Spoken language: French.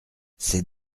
ses